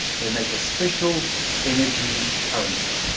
they make a special energy currency.